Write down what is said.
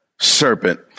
Serpent